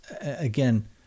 again